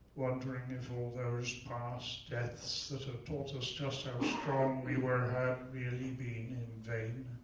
wondering if all those past deaths that had taught us just how strong we were had really been in vain.